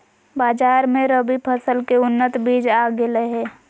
बाजार मे रबी फसल के उन्नत बीज आ गेलय हें